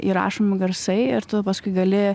įrašomi garsai ir tu paskui gali